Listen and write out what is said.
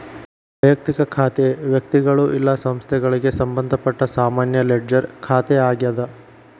ವಯಕ್ತಿಕ ಖಾತೆ ವ್ಯಕ್ತಿಗಳು ಇಲ್ಲಾ ಸಂಸ್ಥೆಗಳಿಗೆ ಸಂಬಂಧಪಟ್ಟ ಸಾಮಾನ್ಯ ಲೆಡ್ಜರ್ ಖಾತೆ ಆಗ್ಯಾದ